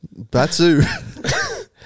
Batsu